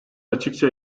açıkça